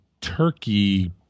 turkey